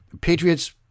Patriots